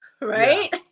right